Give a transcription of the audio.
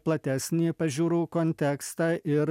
platesnį pažiūrų kontekstą ir